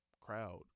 crowd